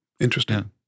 interesting